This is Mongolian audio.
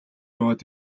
яваад